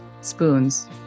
spoons